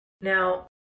Now